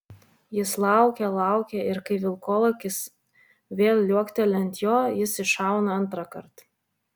jis laukia laukia ir kai vilkolakis vėl liuokteli ant jo jis iššauna antrąkart